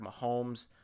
Mahomes